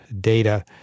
data